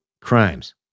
crimes